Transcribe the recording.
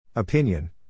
Opinion